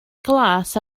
glas